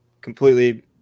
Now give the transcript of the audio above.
Completely